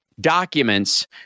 Documents